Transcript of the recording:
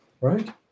Right